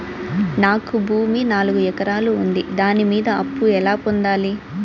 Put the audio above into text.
నాకు భూమి నాలుగు ఎకరాలు ఉంది దాని మీద అప్పు ఎలా పొందాలి?